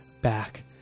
back